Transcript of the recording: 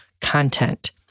content